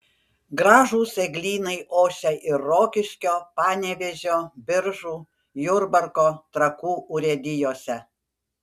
gražūs eglynai ošia ir rokiškio panevėžio biržų jurbarko trakų urėdijose